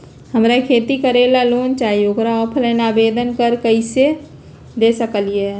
हमरा खेती करेला लोन चाहि ओकर ऑफलाइन आवेदन हम कईसे दे सकलि ह?